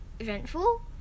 eventful